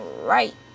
right